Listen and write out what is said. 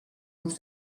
vos